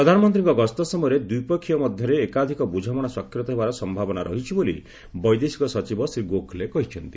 ପ୍ରଧାନମନ୍ତ୍ରୀଙ୍କ ଗସ୍ତ ସମୟରେ ଦ୍ୱିପକ୍ଷିୟ ମଧ୍ୟରେ ଏକାଧିକ ବୁଝାମଣା ସ୍ୱାକ୍ଷରିତ ହେବାର ସମ୍ଭାବନା ରହିଛି ବୋଲି ବୈଦେଶିକ ସଚିବ ଶ୍ରୀ ଗୋଖଲେ କହିଛନ୍ତି